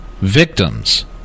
victims